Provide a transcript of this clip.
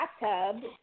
bathtub